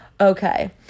okay